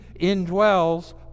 indwells